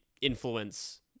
influence